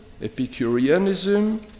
Epicureanism